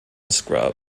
scrub